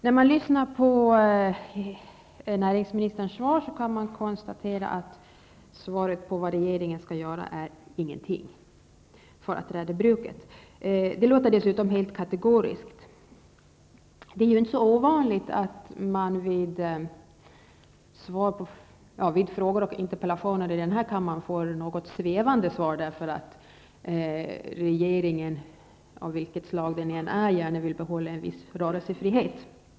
När man lyssnar på näringsministerns svar kan man konstatera att svaret på min fråga vad regeringen skall göra för att rädda bruket är: ingenting. Svaret låter dessutom helt kategoriskt. Det är ju inte ovanligt att de svar på interpellationer och frågor som lämnas här i kammaren är något svävande, eftersom regeringen -- av vilket slag den än är -- gärna vill behålla en viss rörelsefrihet.